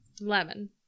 Lemon